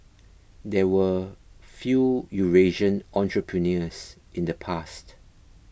there were few Eurasian entrepreneurs in the past